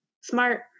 smart